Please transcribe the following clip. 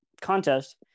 contest